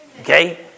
Okay